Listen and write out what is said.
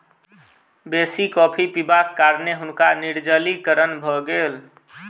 बेसी कॉफ़ी पिबाक कारणें हुनका निर्जलीकरण भ गेल